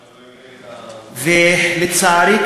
ולצערי,